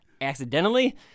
accidentally